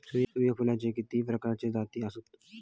सूर्यफूलाचे किती प्रकारचे जाती आसत?